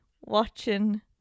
watching